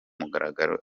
mugaragaro